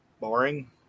Boring